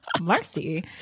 Marcy